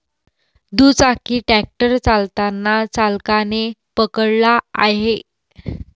दुचाकी ट्रॅक्टर चालताना चालकाने पकडला आहे